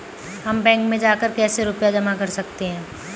हम बैंक में जाकर कैसे रुपया जमा कर सकते हैं?